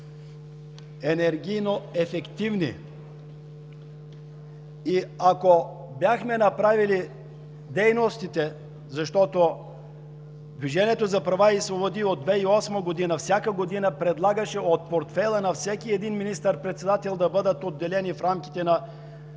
енергийноефективни мощности, и ако бяхме извършили дейностите… Защото Движението за права и свободи от 2008 г. всяка година предлагаше от портфейла на всеки един министър-председател да бъдат отделени в рамките на